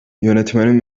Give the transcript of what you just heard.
yönetmenin